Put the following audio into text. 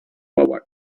our